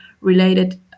related